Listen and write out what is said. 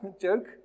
joke